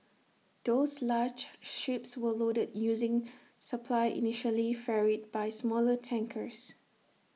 those large ships were loaded using supply initially ferried by smaller tankers